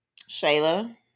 Shayla